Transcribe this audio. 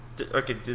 Okay